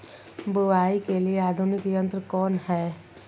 बुवाई के लिए आधुनिक यंत्र कौन हैय?